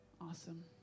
Awesome